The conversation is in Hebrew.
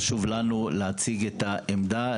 חשוב לנו להציג את העמדה,